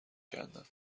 کندم